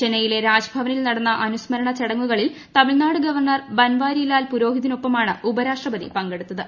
ചെന്നൈയിലെ രാജ് ഭവനിൽ നടന്ന അനുസ്മരണ ചടങ്ങുകളിൽ തമിഴ്നാട് ഗവർണർ ബൻവാരി ലാൽ പുരോഹിതിനോപ്പമാണ് ഉപരാഷ്ട്രപതി പങ്കെടുത്തത്